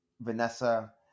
Vanessa